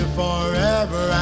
forever